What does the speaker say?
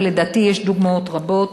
אבל לדעתי יש דוגמאות רבות.